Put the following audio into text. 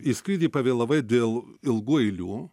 į skrydį pavėlavai dėl ilgų eilių